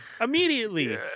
immediately